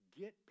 get